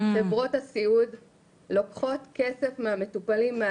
חברות הסיעוד לוקחות כסף מהמטופלים,